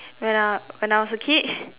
when I when I was a kid